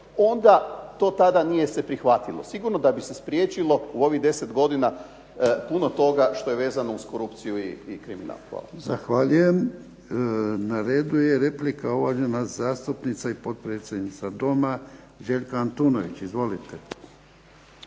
onda to tada nije se prihvatilo. Sigurno da bi se spriječilo u ovih 10 godina puno toga što je vezano uz korupciju i kriminal. Hvala. **Jarnjak, Ivan (HDZ)** Zahvaljujem. Na redu je replika, uvažena zastupnica i potpredsjednica Doma, Željka Antunović. Izvolite.